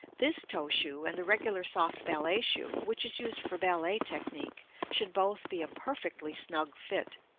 this toe shoe and the regular soft ballet shoe, which is used for ballet technique, should both be a perfectly snug fit,